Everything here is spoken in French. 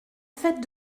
fait